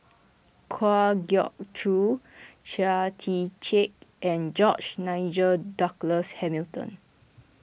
Kwa Geok Choo Chia Tee Chiak and George Nigel Douglas Hamilton